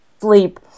sleep